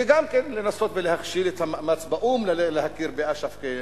וגם כן לנסות ולהכשיל את המאמץ באו"ם להכיר באש"ף כמדינה.